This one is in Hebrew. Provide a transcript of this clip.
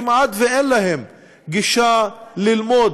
כמעט שאין להם גישה ללמוד